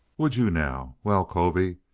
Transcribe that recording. would you, now? well, colby,